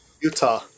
utah